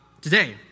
today